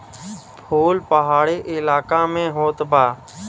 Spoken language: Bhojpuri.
फूल पहाड़ी इलाका में होत बा